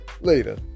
later